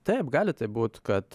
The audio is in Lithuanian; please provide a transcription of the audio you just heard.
taip gali taip būt kad